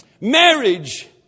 Marriage